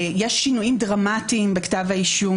יש שינויים דרמטיים בכתב האישום,